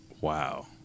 Wow